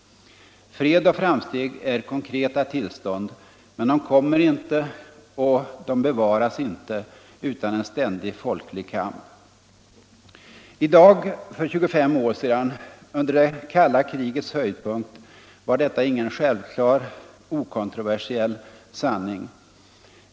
Fred och framsteg är konkreta tillstånd, men de uppstår inte och de bevaras inte utan en ständig folklig kamp. I dag för 25 år sedan — under det kalla krigets höjdpunkt — var detta ingen självklar, okontroversiell sanning.